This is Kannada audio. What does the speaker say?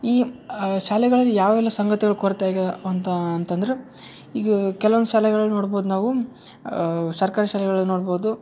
ಈ ಶಾಲೆಗಳಲ್ಲಿ ಯಾವೆಲ್ಲ ಸಂಗತಿಗಳು ಕೊರತೆ ಆಗಿವ ಅಂತ ಅಂತಂದ್ರೆ ಈಗ ಕೆಲ್ವೊಂದು ಶಾಲೆಗಳನ್ನ ನೋಡ್ಬೋದು ನಾವು ಸರ್ಕಾರಿ ಶಾಲೆಗಳನ್ನ ನೋಡ್ಬೋದು